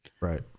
Right